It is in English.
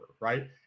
Right